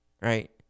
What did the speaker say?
Right